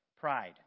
Pride